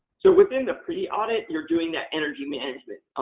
so, within the pre-audit, you're doing that energy management.